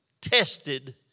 tested